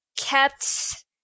kept